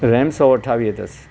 RAM सौ अठावीह अथस